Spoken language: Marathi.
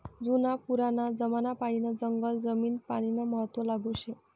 जुना पुराना जमानापायीन जंगल जमीन पानीनं महत्व लागू शे